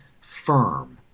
firm